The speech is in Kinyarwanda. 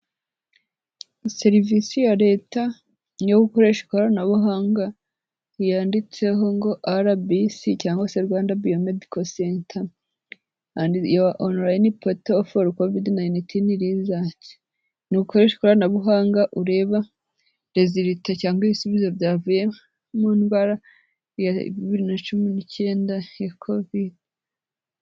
Serivisi ya leta niyo gukoresha ikoranabuhanga yanditseho ngo arabisi cyangwa se Rwanda bayomedico cente aba onirayini poto foru covidi nayintini rezariti ntugukoresha ikoranabuhanga ureba rezelita cyangwa ibisubizo byavuye mu ndwara ya bibiri na cumi nicyenda ya covidi.